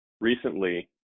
recently